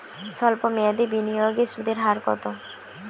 সল্প মেয়াদি বিনিয়োগে সুদের হার কত?